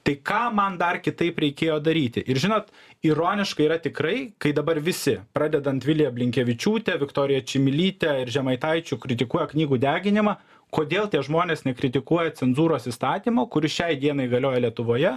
tai ką man dar kitaip reikėjo daryti ir žinot ironiška yra tikrai kai dabar visi pradedant vilija blinkevičiūte viktorija čmilyte ir žemaitaičiu kritikuoja knygų deginimą kodėl tie žmonės nekritikuoja cenzūros įstatymo kuris šiai dienai galioja lietuvoje